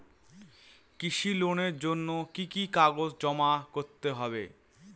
কৃষি লোনের জন্য কি কি কাগজ জমা করতে হবে?